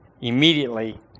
immediately